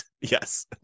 Yes